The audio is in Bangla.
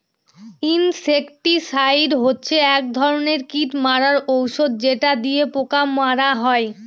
ইনসেক্টিসাইড হচ্ছে এক ধরনের কীট মারার ঔষধ যেটা দিয়ে পোকা মারা হয়